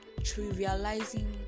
trivializing